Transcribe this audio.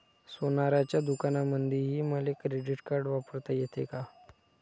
सोनाराच्या दुकानामंधीही मले क्रेडिट कार्ड वापरता येते का?